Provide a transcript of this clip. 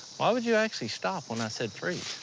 why would you actually stop when i said freeze?